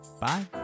Bye